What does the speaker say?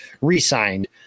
re-signed